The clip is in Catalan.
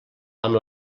amb